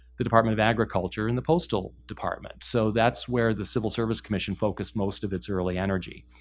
the department of agriculture and the postal department. so that's where the civil service commission focused most of its early energy.